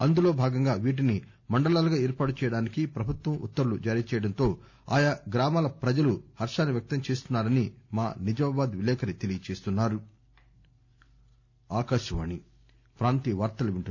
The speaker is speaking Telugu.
అందులో భాగంగా వీటిని మండలాలుగా ఏర్పాటు చేయడానికి ప్రభుత్వం ఉత్తర్వులు జారీ చేయడంతో ఆయా గ్రామాల ప్రజలు హర్హన్ని వ్యక్తం చేస్తున్నా రని మా నిజామాబాద్ విలేకరి తెలియజేస్తున్నా రు